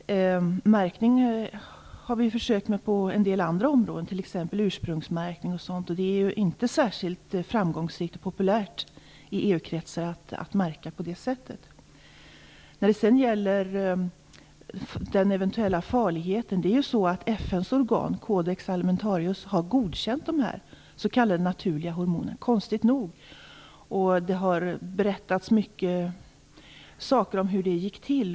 Märkning har vi försökt med på en del andra områden, t.ex. ursprungsmärkning. Det är inte särskilt framgångsrikt och populärt i EU-kretsar att märka på det sättet. När det gäller den eventuella farligheten vill jag säga att FN:s organ, Codex Alimenatrius, konstigt nog har godkänt de s.k. naturliga hormonerna. Det har berättats mycket om hur det gick till.